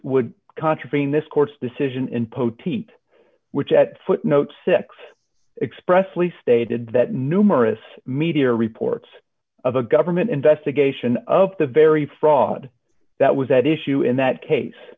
would contravene this court's decision in poteat which at footnote six expressly stated that numerous media reports of a government investigation d of the very fraud that was at issue in that case